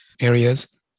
areas